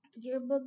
Yearbook